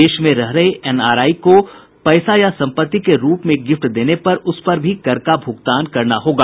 देश में रह रहे लोग एनआरआई को पैसा या संपत्ति के रूप में गिफ्ट देंगे तो उसपर भी कर का भूगतान करना होगा